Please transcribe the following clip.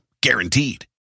Guaranteed